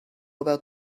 about